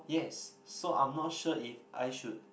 yes so I'm not sure if I should